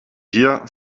hier